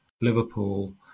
Liverpool